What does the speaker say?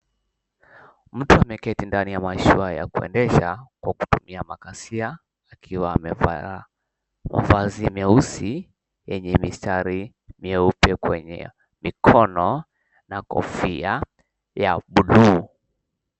Mtu ameketi ndani ya mashua ya kuendesha kwa kutumia makasia akiwa amevaa mavazi meusi yenye mistari mieupe kwenye mikono na kofia ya buluu.